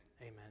Amen